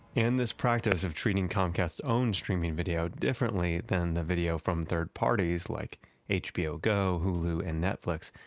in this practice of treating comcast's own streaming video differently than the video from third parties like hbogo, hulu and netflix,